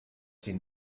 sie